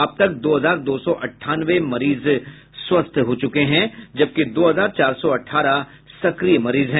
अब तक दो हजार दो सौ अंठानवे मरीज स्वस्थ हो चुके हैं जबकि दो हजार चार सौ अठारह सक्रिय मरीज हैं